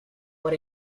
por